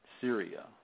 Syria